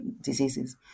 diseases